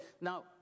Now